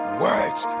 words